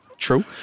True